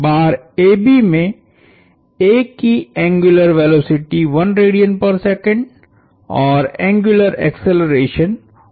बार AB में A की angular velocity और एंग्युलर एक्सेलरेशन है